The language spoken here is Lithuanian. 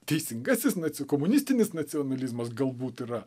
teisingasis naci komunistinis nacionalizmas galbūt yra